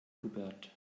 hubert